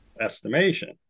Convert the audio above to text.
estimation